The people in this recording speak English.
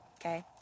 okay